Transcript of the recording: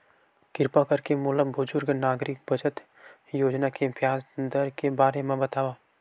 किरपा करके मोला बुजुर्ग नागरिक बचत योजना के ब्याज दर के बारे मा बतावव